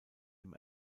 dem